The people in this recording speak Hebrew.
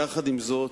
עם זאת,